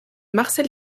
marcel